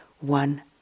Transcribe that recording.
one